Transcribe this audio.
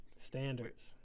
Standards